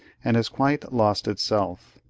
and has quite lost itself.